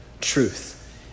truth